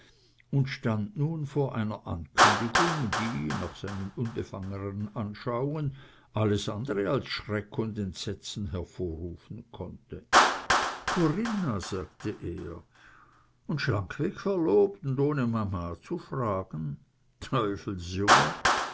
und stand nun vor einer ankündigung die nach seinen unbefangeneren anschauungen alles andere als schreck und entsetzen hervorrufen konnte corinna sagte er und schlankweg verlobt und ohne mama zu fragen